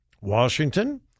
Washington